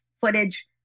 footage